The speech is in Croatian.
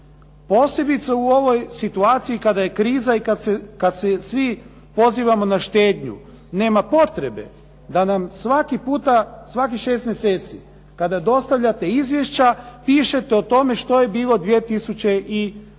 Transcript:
Posebice u ovoj situaciji kada je kriza i kada se svi pozivamo na štednju. Nema potreba da nam svaki puta, svakih 6 mjeseci kada dostavljate izvješća, pišete o tome što je bilo 2004.,